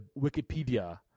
Wikipedia